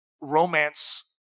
romance